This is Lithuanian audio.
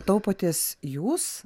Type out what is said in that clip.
to paties jūs